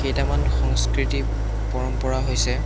কেইটামান সংস্কৃতি পৰম্পৰা হৈছে